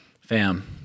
FAM